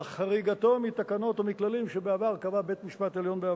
על חריגתו מתקנות או מכללים שבעבר קבע בית-משפט עליון.